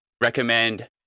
recommend